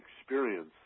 experience